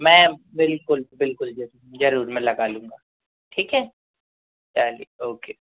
मैं बिल्कुल बिल्कुल ज़रूर ज़रूर मैं लगा लूँगा ठीक है चलिए ओके